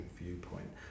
viewpoint